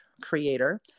creator